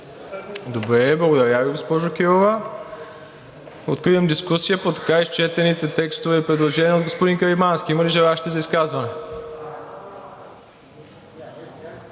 Добре, благодаря Ви, госпожо Кирова. Откривам дискусия по така изчетените текстове и предложения от господин Каримански. Има ли желаещи за изказване?